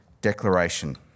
declaration